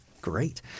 great